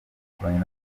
bakoranye